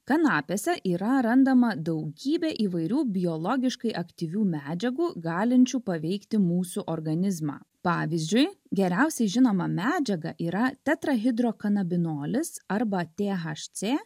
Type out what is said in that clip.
kanapėse yra randama daugybė įvairių biologiškai aktyvių medžiagų galinčių paveikti mūsų organizmą pavyzdžiui geriausiai žinoma medžiaga yra tetrahidrokanabinolis arba t h c